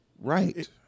Right